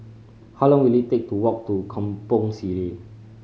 how long will it take to walk to Kampong Sireh